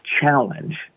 challenge